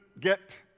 get